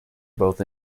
both